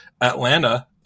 Atlanta